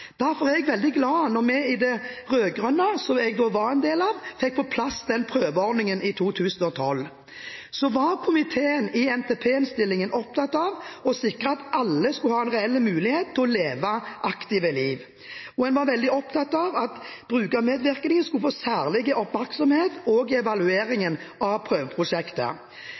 Derfor var jeg veldig glad da vi i de rød-grønne, som jeg da var en del av, fikk på plass den prøveordningen i 2012. Så var komiteen i NTP-innstillingen opptatt av å sikre at alle skulle ha en reell mulighet til å leve aktive liv, og en var veldig opptatt av at brukermedvirkningen skulle få særlig oppmerksomhet i evalueringen av prøveprosjektet.